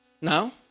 Now